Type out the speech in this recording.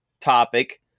topic